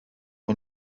ond